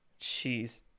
Jeez